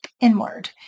inward